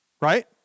Right